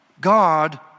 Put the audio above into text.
God